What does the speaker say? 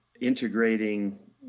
integrating